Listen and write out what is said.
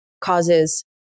causes